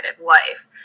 wife